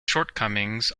shortcomings